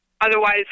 otherwise